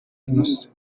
innocent